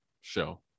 show